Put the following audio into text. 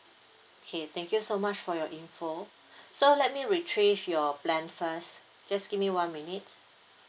okay thank you so much for your info so let me retrieve your plan first just give me one minute